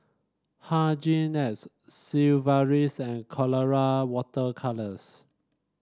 Hygin X Sigvaris and Colora Water Colours